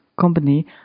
company